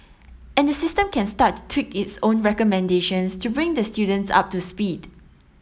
and the system can start to tweak its own recommendations to bring the students up to speed